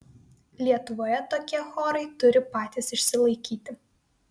lietuvoje tokie chorai turi patys išsilaikyti